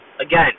again